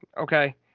okay